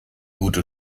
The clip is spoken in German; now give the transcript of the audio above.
gute